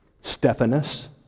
Stephanus